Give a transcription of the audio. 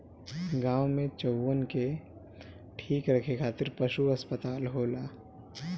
गाँव में चउवन के ठीक रखे खातिर पशु अस्पताल होला